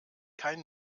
kein